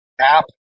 app